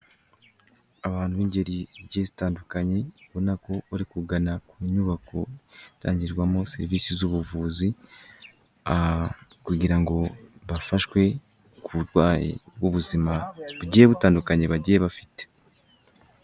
Abantu b'ingeri zitandukanye ubona ko bari kugana ku nyubako itangirwamo serivisi z'ubuvuzi, kugira ngo bafashwe ku burwayi bw'ubuzima bugiye butandukanye bagiye bafite.